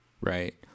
right